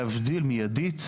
עירונית מיידית,